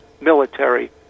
military